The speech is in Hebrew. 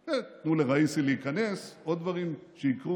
יקרה, ייתנו לראיסי להיכנס, עוד דברים יקרו,